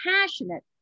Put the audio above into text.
passionate